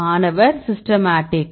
மாணவர் சிஸ்டமேட்டிக்